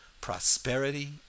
prosperity